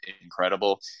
incredible